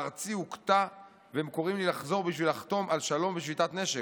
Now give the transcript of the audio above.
ארצי הוכתה והם קוראים לי לחזור בשביל לחתום על שלום ושביתת נשק.